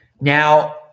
Now